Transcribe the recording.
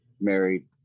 married